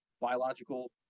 biological